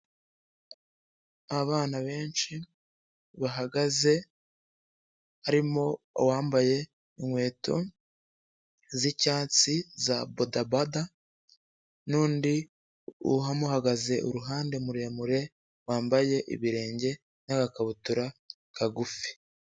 Abana benshi bahagaze harimo uwambaye inkweto z'icyatsi za bodabada n'undi umuhagaze iruhande muremure wambaye ibirenge n'agakabutura kagufi.